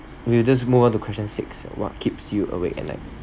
we'll just move on to question six what keeps you awake at night